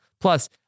plus